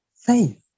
Faith